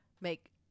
make